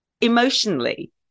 emotionally